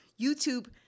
YouTube